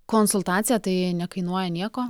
konsultacija tai nekainuoja nieko